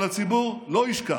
אבל הציבור לא ישכח,